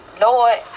Lord